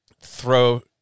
throw